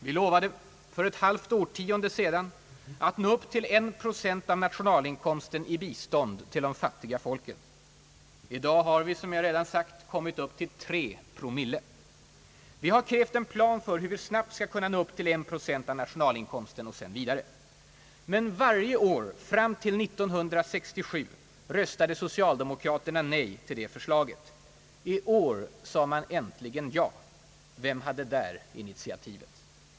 Vi lovade för ett halvt årtion de sedan att nå upp till 1 procent av nationalinkomsten i bistånd till de fattiga folken. I dag har vi, som jag redan sagt, kommit upp till tre promille. Vi har krävt en plan för hur vi snabbt skall kunna nå fram till 1 procent av nationalprodukten och sedan vidare. — Men varje år fram till 1967 röstade socialdemokraterna nej till det förslaget. I år sade man äntligen ja. Vem hade där initiativet?